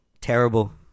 Terrible